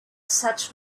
such